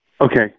Okay